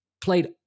played